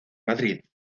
madrid